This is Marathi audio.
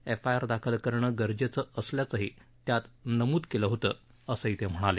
एफआयआर दाखल करणं गरजेचं असल्याचंही त्यात नमूद केलं होतं असंही ते म्हणाले